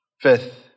Fifth